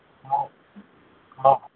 हा हा